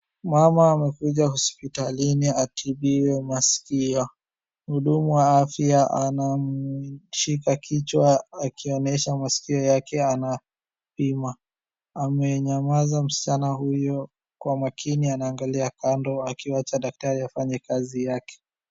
Mama amekuja hospitalini atibiwe masikio. Mhudumu wa afya anamshika kichwa akionyesha masikio yake anapima. Amenyamaza msichana huyu kwa makini anaangalia kando akiwacha daktari afanye kazi yake.